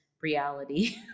reality